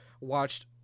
watched